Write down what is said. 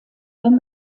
wenn